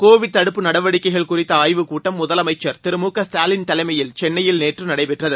Covid தடுப்பு நடவடிக்கைகள் குறித்த ஆய்வுக்கூட்டம் முதலமைச்சர் திரு மு க ஸ்டாலின் தலைமையில் சென்னையில் நேற்று நடைபெற்றது